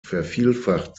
vervielfacht